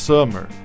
Summer